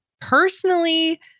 personally